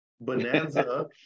Bonanza